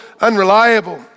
unreliable